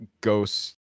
ghosts